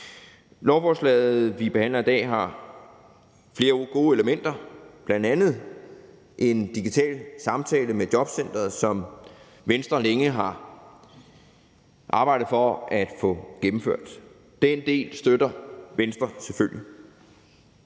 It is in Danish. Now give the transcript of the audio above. Lovforslaget, vi behandler i dag, har flere gode elementer, bl.a. en digital samtale med jobcenteret, som Venstre længe har arbejdet for at få gennemført. Den del støtter Venstre selvfølgelig.